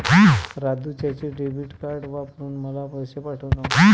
राजू त्याचे debit card वापरून मला पैसे पाठवतो